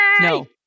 No